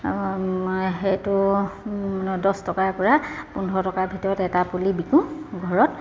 সেইটো দছ টকাৰ পৰা পোন্ধৰ টকাৰ ভিতৰত এটা পুলি বিকো ঘৰত